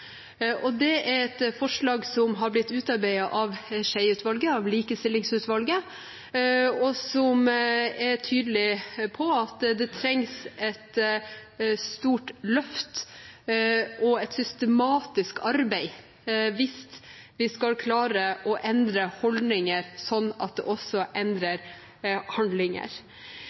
er utarbeidet av Skjeie-utvalget – Likestillingsutvalget – og er tydelig på at det trengs et stort løft og et systematisk arbeid hvis vi skal klare å endre holdninger, slik at det også endrer handlinger.